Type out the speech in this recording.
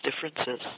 differences